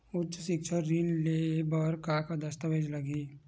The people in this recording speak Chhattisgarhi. उच्च सिक्छा ऋण ले बर का का दस्तावेज लगही?